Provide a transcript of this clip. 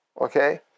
okay